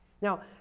now